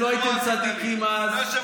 תסתכל איזה תנועה עשית לי.